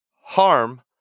Harm